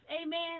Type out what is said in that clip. Amen